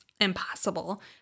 impossible